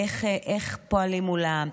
איך פועלים מולן,